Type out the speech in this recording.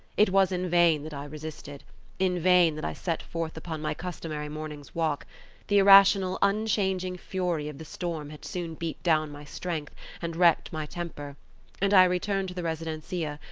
it was in vain that i resisted in vain that i set forth upon my customary morning's walk the irrational, unchanging fury of the storm had soon beat down my strength and wrecked my temper and i returned to the residencia,